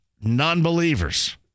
non-believers